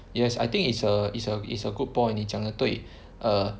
yes I think it's a it's a it's a good point 你讲得对 err